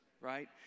right